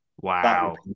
Wow